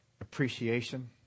appreciation